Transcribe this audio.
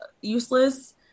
useless